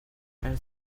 elles